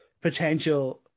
potential